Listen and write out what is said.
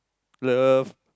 love